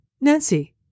Nancy